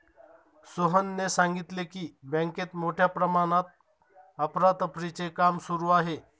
सोहनने सांगितले की, बँकेत मोठ्या प्रमाणात अफरातफरीचे काम सुरू आहे